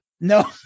no